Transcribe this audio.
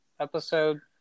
Episode